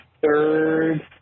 third